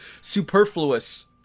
Superfluous